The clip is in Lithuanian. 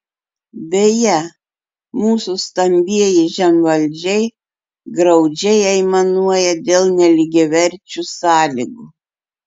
beje mūsų stambieji žemvaldžiai graudžiai aimanuoja dėl nelygiaverčių sąlygų